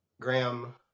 Graham